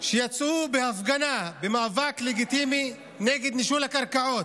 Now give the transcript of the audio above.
שיצאו בהפגנה, במאבק לגיטימי, נגד נישול הקרקעות,